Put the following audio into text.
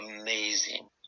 amazing